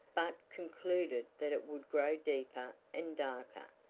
but concluded that it would grow deeper and darker,